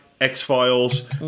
X-Files